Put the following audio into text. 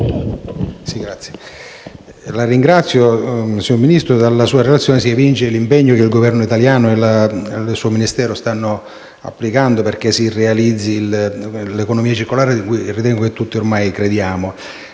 ringrazio il Ministro perché dalla sua relazione si evince l'impegno che il Governo italiano e il suo Ministero stanno profondendo affinché si realizzi l'economia circolare in cui ritengo che tutti ormai crediamo.